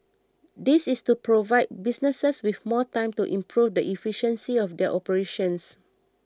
this is to provide businesses with more time to improve the efficiency of their operations